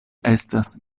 estas